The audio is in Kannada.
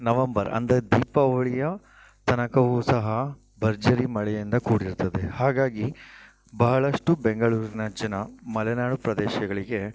ನವಂಬರ್ ಅಂದರೆ ದೀಪಾವಳಿ ತನಕವು ಸಹ ಭರ್ಜರಿ ಮಳೆಯಿಂದ ಕೂಡಿರುತ್ತದೆ ಹಾಗಾಗಿ ಬಹಳಷ್ಟು ಬೆಂಗಳೂರಿನ ಜನ ಮಲೆನಾಡು ಪ್ರದೇಶಗಳಿಗೆ